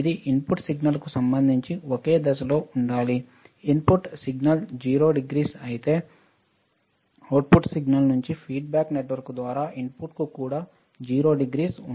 అది ఇన్పుట్కు సిగ్నల్ కు సంబంధించి ఒకే దశలో ఉండాలి ఇన్పుట్ సిగ్నల్ 00 అయితే అవుట్పుట్ సిగ్నల్ నుండి ఫీడ్బ్యాక్ నెట్వర్క్ ద్వారా ఇన్పుట్కు కూడా 0 డిగ్రీలో ఉండాలి